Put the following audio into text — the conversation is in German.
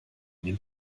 den